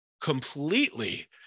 completely